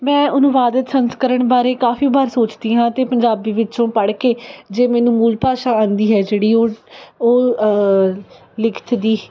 ਮੈਂ ਅਨੁਵਾਦਕ ਸੰਸਕਰਨ ਬਾਰੇ ਕਾਫ਼ੀ ਵਾਰ ਸੋਚਦੀ ਹਾਂ ਅਤੇ ਪੰਜਾਬੀ ਵਿੱਚੋਂ ਪੜ੍ਹ ਕੇ ਜੇ ਮੈਨੂੰ ਮੂਲ ਭਾਸ਼ਾ ਆਉਂਦੀ ਹੈ ਜਿਹੜੀ ਉਹ ਉਹ ਲਿਖਤ ਦੀ